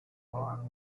for